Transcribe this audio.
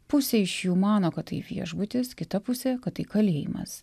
pusė iš jų mano kad tai viešbutis kita pusė kad tai kalėjimas